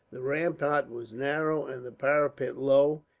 the rampart was narrow and the parapet low,